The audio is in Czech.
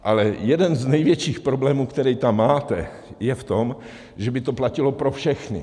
Ale jeden z největších problémů, který tam máte, je v tom, že by to platilo pro všechny.